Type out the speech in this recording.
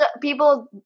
people